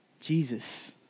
Jesus